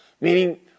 meaning